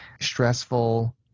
stressful